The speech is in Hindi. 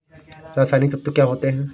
रसायनिक तत्व क्या होते हैं?